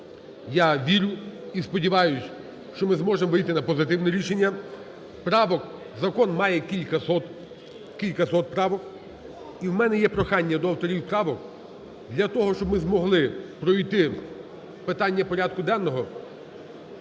Я вірю і сподіваюсь, що ми зможемо вийти на позитивне рішення. Правок закон має кількасот, кількасот правок. І в мене є прохання до авторів правок, для того, щоб ми змогли пройти питання порядку денного,